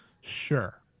Sure